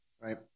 right